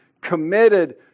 committed